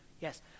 Yes